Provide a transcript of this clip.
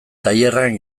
tailerrean